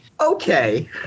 okay